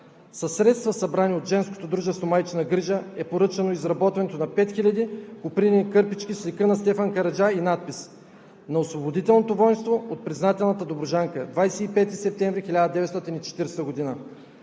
средства, събрани от Женското дружество „Майчина грижа“ е поръчано изработването на 5000 копринени кърпички с лика на Стефан Караджа и надпис: „На освободителното войнство от признателната добруджанка – 25 септември 1940 г.“